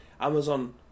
Amazon